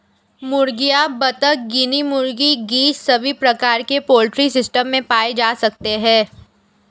मुर्गियां, बत्तख, गिनी मुर्गी, गीज़ सभी प्रकार के पोल्ट्री सिस्टम में पाए जा सकते है